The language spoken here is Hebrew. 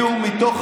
לא מצביעי הליכוד,